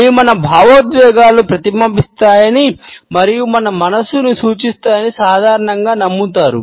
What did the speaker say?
అవి మన భావోద్వేగాలను ప్రతిబింబిస్తాయని మరియు మన మనస్సును సూచిస్తాయని సాధారణంగా నమ్ముతారు